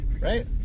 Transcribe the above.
Right